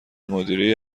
مدیره